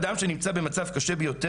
ניתן להגביל אדם שנמצא במצב קשה ביותר